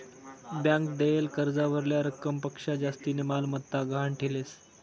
bank देयेल कर्जावरल्या रकमपक्शा जास्तीनी मालमत्ता गहाण ठीलेस